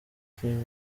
kim